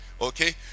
Okay